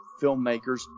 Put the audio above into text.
filmmakers